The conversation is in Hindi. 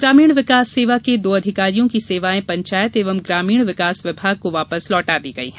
ग्रामीण विकास सेवा के दो अधिकारियों की सेवाएं पंचायत एवं ग्रामीण विकास विभाग को वापस लौटा दी है